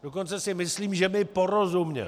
Dokonce si myslím, že mi porozuměl.